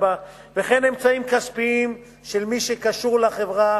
בה וכן אמצעים כספיים של מי שקשור לחברה,